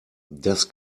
das